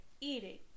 eating